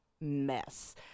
mess